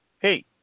Hey